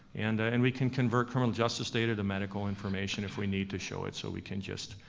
and and we can convert criminal justice data to medical information if we need to show it so we can just,